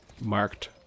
marked